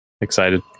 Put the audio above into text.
Excited